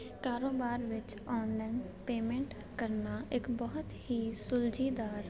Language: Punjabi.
ਕਾਰੋਬਾਰ ਵਿੱਚ ਆਨਲਾਈਨ ਪੇਮੈਂਟ ਕਰਨਾ ਇੱਕ ਬਹੁਤ ਹੀ ਸੁਲਝੀਦਾਰ